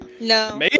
No